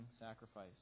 sacrifice